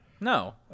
No